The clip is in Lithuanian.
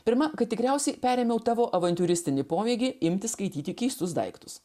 pirmą kai tikriausiai perėmiau tavo avantiūristinį pomėgį imti skaityti keistus daiktus